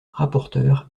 rapporteur